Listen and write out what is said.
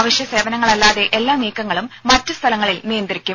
അവശ്യസേവനങ്ങളല്ലാതെ എല്ലാ നീക്കങ്ങളും മറ്റ് സ്ഥലങ്ങളിൽ നിയന്ത്രിക്കും